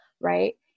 right